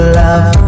love